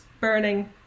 burning